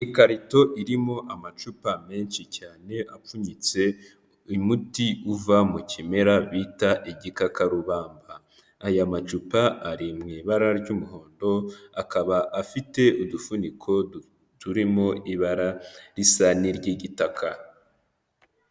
Ikarito irimo amacupa menshi cyane apfunyitse, umuti uva mu kimera bita igikakarubamba, aya macupa ari mui ibara ry'umuhondo, akaba afite udufuniko turimo ibara risa n'iry'igitaka.